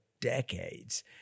decades